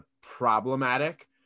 problematic